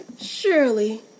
surely